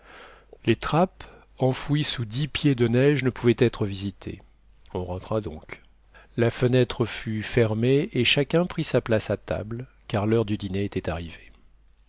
les trappes enfouies sous dix pieds de neige ne pouvaient être visitées on rentra donc la fenêtre fut fermée et chacun prit sa place à table car l'heure du dîner était arrivée